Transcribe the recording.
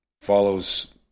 follows